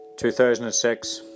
2006